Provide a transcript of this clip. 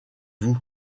vous